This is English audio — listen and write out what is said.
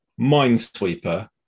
Minesweeper